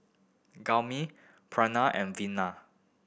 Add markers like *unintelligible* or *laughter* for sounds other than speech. Gurmeet *unintelligible* and Vina